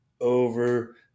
over